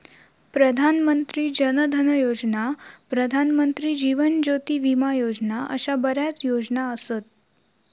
प्रधान मंत्री जन धन योजना, प्रधानमंत्री जीवन ज्योती विमा योजना अशा बऱ्याच योजना असत